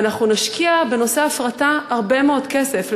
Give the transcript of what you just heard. ואנחנו נשקיע בנושא ההפרטה הרבה מאוד כסף,